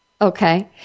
Okay